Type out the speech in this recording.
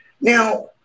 Now